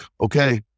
okay